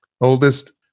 oldest